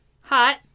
hot